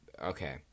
Okay